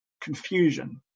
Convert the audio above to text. confusion